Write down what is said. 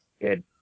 Good